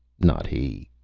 not he.